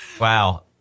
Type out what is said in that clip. Wow